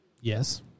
Yes